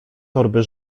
torby